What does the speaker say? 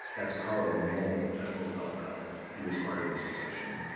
that's carl moll, m o l l. he was part of the succession.